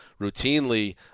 routinely